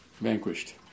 vanquished